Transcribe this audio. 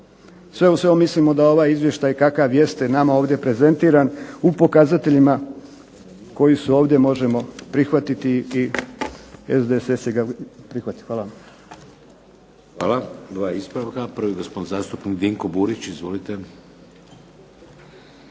sve u svemu mislimo da ovaj izvještaj kakav jeste nama ovdje prezentiran u pokazateljima koji su ovdje možemo prihvatiti i SDSS će ga prihvatiti. Hvala. **Šeks, Vladimir (HDZ)** Hvala. Dva ispravka. Prvi gospodin zastupnik Dinko Burić. Izvolite.